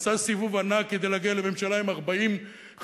עשה סיבוב ענק כדי להגיע לממשלה עם 40 שרים